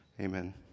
Amen